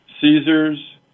Caesars